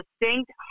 distinct